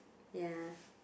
ya